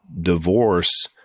divorce